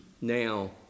now